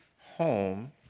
home